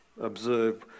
observe